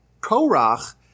Korach